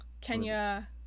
Kenya